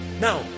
now